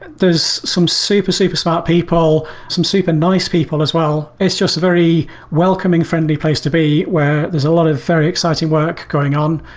there's some super, super smart people, some super nice people as well. it's just a very welcoming, friendly place to be where there's a lot of very exciting work going on.